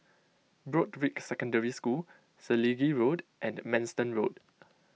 Broadrick Secondary School Selegie Road and Manston Road